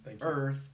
earth